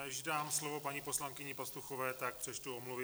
Než dám slovo paní poslankyni Pastuchové, tak přečtu omluvy.